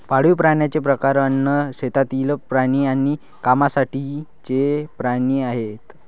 पाळीव प्राण्यांचे प्रकार अन्न, शेतातील प्राणी आणि कामासाठीचे प्राणी आहेत